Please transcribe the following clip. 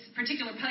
particular